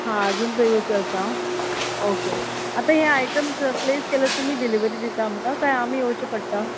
हां अजून तो येवचो आसा ओके आतां हें आयटम प्लेस केल्यार तुमी डिलीवरी दिता आमकां काय आमी येवचे पडटा